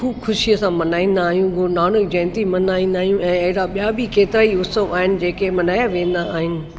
खूब खुशीअ सां मल्हाईंदा आहियूं गुरूनानक जयंती मल्हांईंदा आहियूं ऐं अहिड़ा ॿिया बि केतिरा ई उत्सव आहिनि जेके मल्हाए वेंदा आहिनि